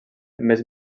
més